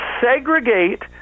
segregate